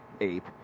ape